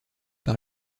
par